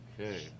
Okay